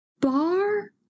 bar